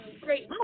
great